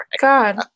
God